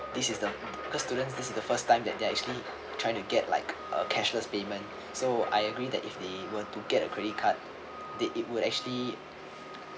this is the because student this is the first time that they are actually trying to get like uh cashless payment so I agree that if they want to get a credit card that it would actually